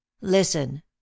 listen